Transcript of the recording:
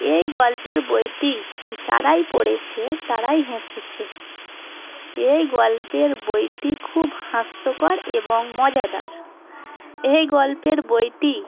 এই গল্পের বইটি যারাই পড়েছে তারাই হেসেছে এই গল্পের বইটি খুব হাস্যকর এবং মজাদার এই গল্পের বইটি